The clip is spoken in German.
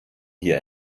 hier